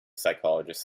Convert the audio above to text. psychologist